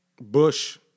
Bush